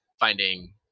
finding